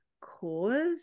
cause